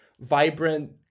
vibrant